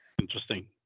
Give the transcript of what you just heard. Interesting